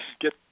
Get